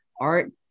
art